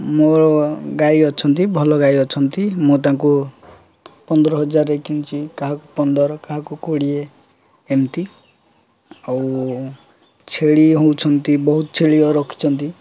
ମୋର ଗାଈ ଅଛନ୍ତି ଭଲ ଗାଈ ଅଛନ୍ତି ମୁଁ ତାଙ୍କୁ ପନ୍ଦର ହଜାରରେ କିଣିଛି କାହାକୁ ପନ୍ଦର କାହାକୁ କୋଡ଼ିଏ ଏମିତି ଆଉ ଛେଳି ହେଉଛନ୍ତି ବହୁତ ଛେଳି ରଖିଛନ୍ତି